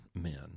men